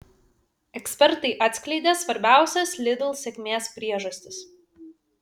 ekspertai atskleidė svarbiausias lidl sėkmės priežastis